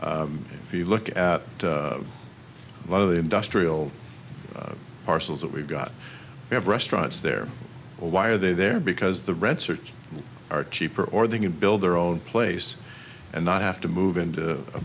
if you look at one of the industrial parcels that we've got have restaurants there why are they there because the rent search are cheaper or they can build their own place and not have to move into a